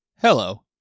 Hello